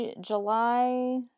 July